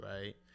right